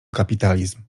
kapitalizm